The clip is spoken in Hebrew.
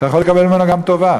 אתה יכול לקבל ממנו גם טובה,